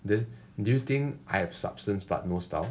then do you think I have substance but no style